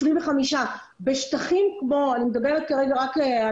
25. אני מדברת כרגע על נתניה,